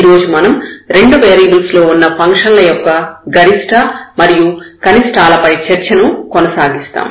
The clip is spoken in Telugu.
ఈరోజు మనం రెండు వేరియబుల్స్ లో ఉన్న ఫంక్షన్ల యొక్క గరిష్ఠ మాగ్జిమా మరియు కనిష్టా మినిమా ల పై చర్చ ను కొనసాగిస్తాము